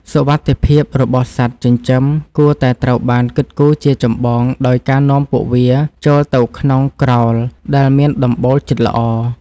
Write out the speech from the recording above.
សុវត្ថិភាពរបស់សត្វចិញ្ចឹមគួរតែត្រូវបានគិតគូរជាចម្បងដោយការនាំពួកវាចូលទៅក្នុងក្រោលដែលមានដំបូលជិតល្អ។